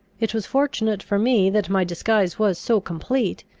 it was fortunate for me that my disguise was so complete,